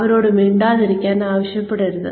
അവരോട് മിണ്ടാതിരിക്കാൻ ആവശ്യപ്പെടരുത്